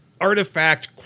artifact